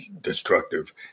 destructive